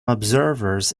observers